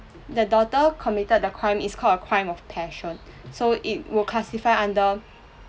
the daughter committed the crime is called a crime of passion so it will classified under